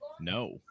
no